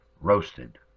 roasted